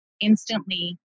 instantly